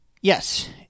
Yes